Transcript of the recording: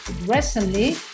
recently